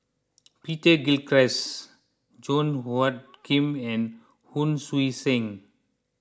Peter Gilchrist Song Hoot Kiam and Hon Sui Sen